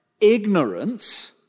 ignorance